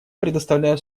предоставляю